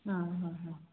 ആ ആ ആ